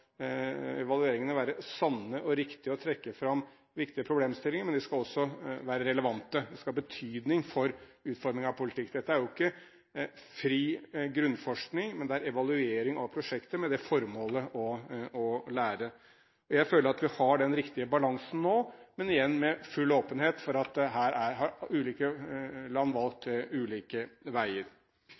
være sanne og riktige og trekke fram viktige problemstillinger. De skal også være relevante. De skal ha betydning for utformingen av politikk. Dette er ikke fri grunnforskning, men evalueringer av prosjekter med det formål å lære. Jeg føler at vi har den riktige balansen nå, men igjen med full åpenhet for at her har ulike land valgt ulike veier.